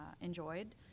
enjoyed